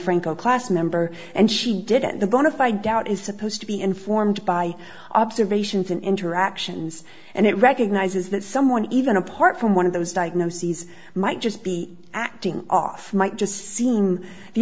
franco class member and she didn't the bonafide doubt is supposed to be informed by observations and interactions and it recognizes that someone even apart from one of those diagnoses might just be acting off might just seem the